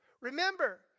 Remember